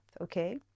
okay